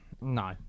No